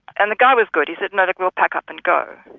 and the guy was good, he said, and like we'll pack up and go.